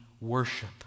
worship